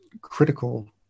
critical